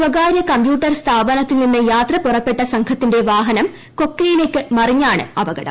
സ്വകാര്യ കമ്പ്യൂട്ടർ സ്ഥാപനത്തിൽ നിന്ന് യാത്ര പുറപ്പെട്ട സംഘത്തിന്റെ വാഹനം കൊക്കയിലേക്ക് മറിഞ്ഞാണ് അപകടം